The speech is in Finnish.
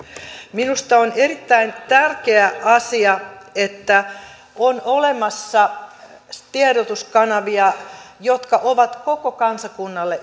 minusta on erittäin tärkeä asia että on olemassa tiedotuskanavia jotka ovat koko kansakunnalle